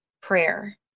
prayer